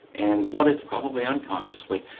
and what if, probably unconsciously,